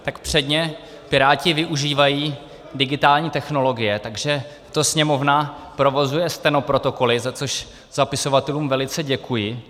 Tak předně, Piráti využívají digitální technologie, takže Sněmovna provozuje stenoprotokoly, za což zapisovatelům velice děkuji.